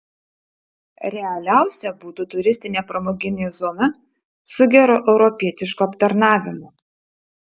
realiausia būtų turistinė pramoginė zona su geru europietišku aptarnavimu